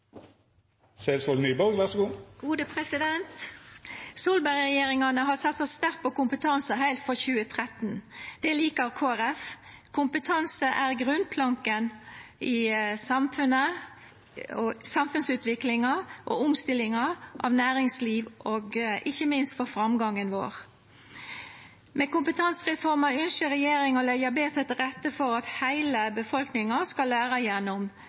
har satsa sterkt på kompetanse, heilt frå 2013. Det likar Kristeleg Folkeparti. Kompetanse er grunnplanken i samfunnsutviklinga og omstillinga av næringslivet og ikkje minst for framgangen vår. Med kompetansereforma ynskjer regjeringa å leggja betre til rette for at heile befolkninga skal læra gjennom